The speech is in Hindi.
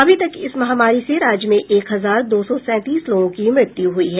अभी तक इस महामारी से राज्य में एक हजार दो सौ सैंतीस लोगों की मृत्यु हुई है